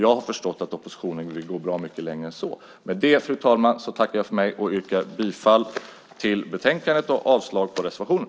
Jag har förstått att oppositionen vill gå bra mycket längre än så. Med det, fru talman, yrkar jag bifall till förslagen i utlåtandet och avslag på reservationen.